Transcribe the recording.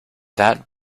that